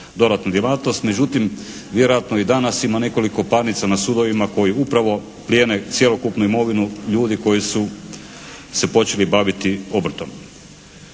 dodatnu djelatnost, međutim vjerojatno i danas ima nekoliko parnica na sudovima koji upravo plijene cjelokupnu imovinu ljudi koji su se počeli baviti obrtom.